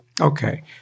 Okay